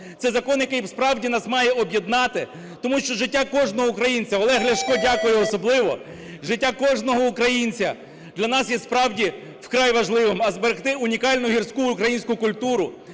Це закон, який справді нас має об'єднати, тому що життя кожного українця, – Олег Ляшко, дякую особливо, – життя кожного українця для нас є справді вкрай важливим. А зберегти унікальну гірську українську культуру,